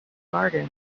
garden